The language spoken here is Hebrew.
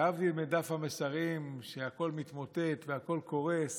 להבדיל מדף המסרים שהכול מתמוטט והכול קורס,